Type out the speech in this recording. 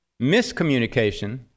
miscommunication